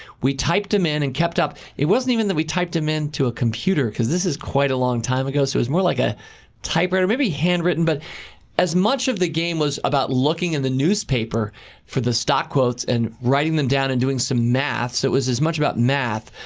we typed them in and kept up. it wasn't even that we typed them into a computer, because this is quite a long time ago, so it was more like a typewriter. maybe handwritten. but as much of the game was about looking in the newspaper for the stock quotes and writing them down and doing some math, so it was as much about math.